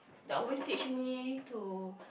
they always teach me to